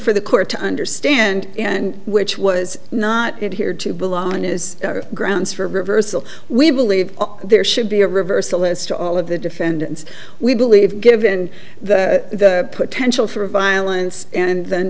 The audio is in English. for the court to understand and which was not here to bill on is grounds for reversal we believe there should be a reversal as to all of the defendants we believe given the potential for violence and the